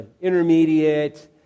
Intermediate